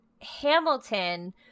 Hamilton